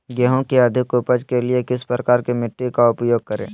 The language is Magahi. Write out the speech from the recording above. गेंहू की अधिक उपज के लिए किस प्रकार की मिट्टी का उपयोग करे?